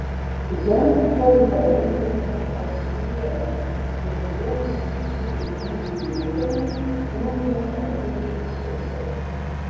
ją paįvairindavo atskrieję degiuoju skysčiu pripildyti buteliai dūminiai ar dujų užtaisai